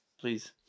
please